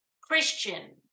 Christian